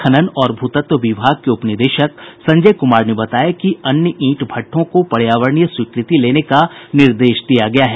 खनन और भू तत्व विभाग के उप निदेशक संजय कुमार ने बताया कि अन्य ईंट भट्ठों को पर्यावरणीय स्वीकृति लेने का निर्देश दिया गया है